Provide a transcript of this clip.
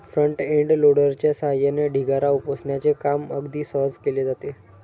front end लोडरच्या सहाय्याने ढिगारा उपसण्याचे काम अगदी सहज केले जाते